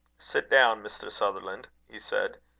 sit down, mr. sutherland, he said,